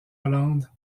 hollande